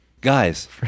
Guys